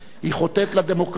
היא חוטאת לדמוקרטיה,